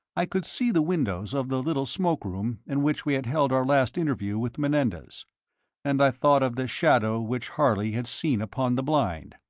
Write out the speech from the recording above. i could see the windows of the little smoke-room in which we had held our last interview with menendez and i thought of the shadow which harley had seen upon the blind.